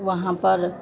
वहाँ पर